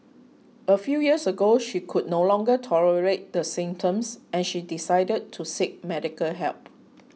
a few years ago she could no longer tolerate the symptoms and she decided to seek medical help